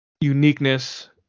uniqueness